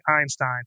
Einstein